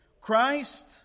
Christ